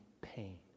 pain